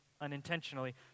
unintentionally